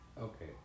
Okay